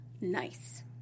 nice